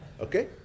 Okay